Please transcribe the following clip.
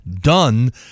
done